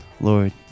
Lord